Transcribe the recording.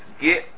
Get